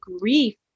grief